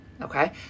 okay